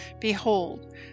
Behold